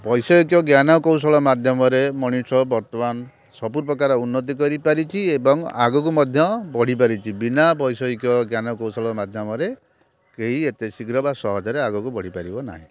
ବୈଷୟିକ ଜ୍ଞାନ କୌଶଳ ମାଧ୍ୟମରେ ମଣିଷ ବର୍ତ୍ତମାନ ସବୁ ପ୍ରକାର ଉନ୍ନତି କରି ପାରିଛି ଏବଂ ଆଗକୁ ମଧ୍ୟ ବଢ଼ି ପାରିଛି ବିନା ବୈଷୟିକ ଜ୍ଞାନ କୌଶଳ ମାଧ୍ୟମରେ କେହି ଏତେ ଶୀଘ୍ର ବା ସହଜରେ ଆଗକୁ ବଢ଼ି ପାରିବ ନାହିଁ